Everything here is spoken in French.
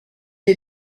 est